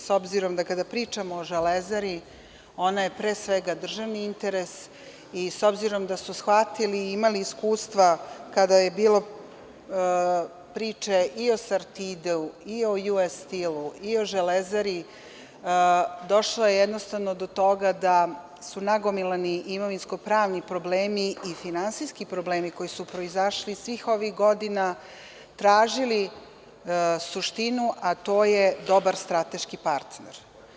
S obzirom da kada pričamo o „Železari“, ona je pre svega državni interes i s obzirom da su shvatili i imali iskustva kada je bilo priče i o „Sartidu“ i o US Steel i „Železari“, došlo je jednostavno do toga da su nagomilani imovinsko-pravni problemi i finansijski problemi koji su proizašli iz svih ovih godina tražili suštinu, a to je dobar strateški partner.